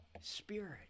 spirit